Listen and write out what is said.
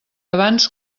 abans